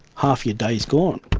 half your day is gone,